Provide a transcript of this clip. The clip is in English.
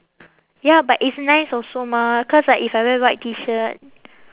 ya but it's nice also mah cause like if I wear white T shirt